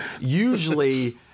Usually